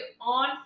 on